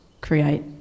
create